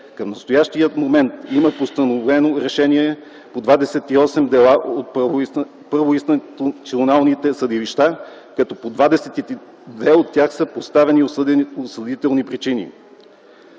Към настоящия момент има постановени решения по 28 дела от първоинстанционните съдилища, като по 22 от тях са постановени осъдителни решения.